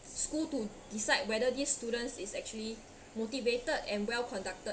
school to decide whether this student is actually motivated and well conducted